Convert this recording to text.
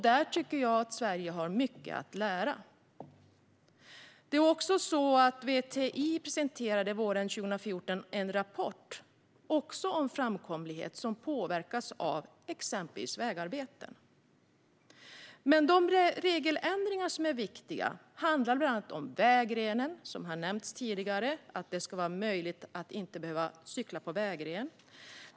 Där tycker jag att Sverige har mycket att lära. Det är också så att VTI våren 2014 presenterade en rapport om framkomlighet som påverkas av exempelvis vägarbeten. De regeländringar som är viktiga handlar bland annat, som har nämnts tidigare, om att man inte ska behöva cykla på vägrenen.